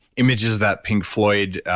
images that pink floyd,